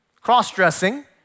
cross-dressing